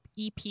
EP